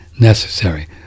necessary